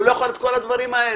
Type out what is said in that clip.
הוא לא יכול את כל הדברים האלה.